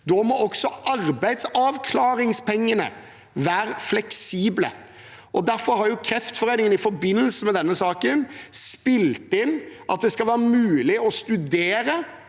Da må også arbeidsavklaringspengene være fleksible. Derfor har Kreftforeningen i forbindelse med denne saken spilt inn at det på en enklere